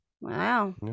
Wow